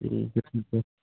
ठीक है ठीक है